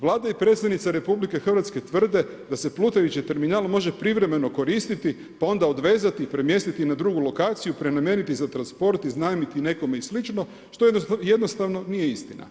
Vlada i predsjednica RH tvrde da se plutajući terminal može privremeno koristiti pa onda odvezati i premjestiti na drugu lokaciju, prenamijeniti za transport, iznajmiti nekome i sl., što jednostavno nije istina.